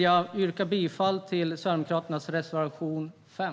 Jag yrkar bifall till Sverigedemokraternas reservation 5.